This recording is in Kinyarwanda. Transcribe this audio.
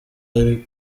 ari